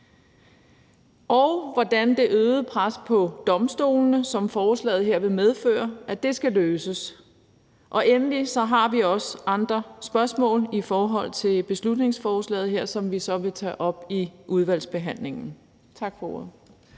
og hvordan det øgede pres på domstolene, som forslaget her vil medføre, skal løses. Endelig har vi også andre spørgsmål i forhold til beslutningsforslaget her, som vi så vil tage op i udvalgsbehandlingen. Tak for ordet.